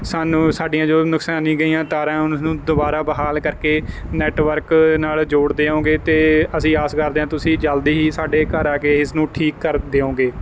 ਸਾਨੂੰ ਸਾਡੀਆਂ ਜੋ ਨੁਕਸਾਨੀਆਂ ਗਈਆਂ ਤਾਰਾਂ ਉਸਨੂੰ ਦੁਬਾਰਾ ਬਹਾਲ ਕਰਕੇ ਨੈੱਟਵਰਕ ਨਾਲ ਜੋੜ ਦਿਉਂਗੇ ਅਤੇ ਅਸੀਂ ਆਸ ਕਰਦੇ ਹਾਂ ਤੁਸੀਂ ਜਲਦੀ ਹੀ ਸਾਡੇ ਘਰ ਆ ਕੇ ਇਸ ਨੂੰ ਠੀਕ ਕਰ ਦਿਉਂਗੇ